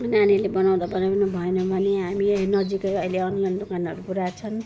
नानीले बनाउँदा बनाउँदै पनि भएन भने हामी नजिकै अहिले अनलाइन दोकानहरू पुरा छन्